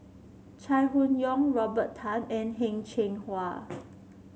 Chai Hon Yoong Robert Tan and Heng Cheng Hwa